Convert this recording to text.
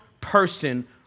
person